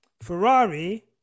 Ferrari